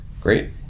great